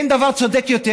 אין דבר צודק יותר,